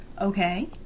Okay